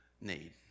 need